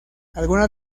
algunas